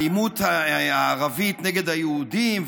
האלימות הערבית נגד היהודים,